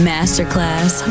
Masterclass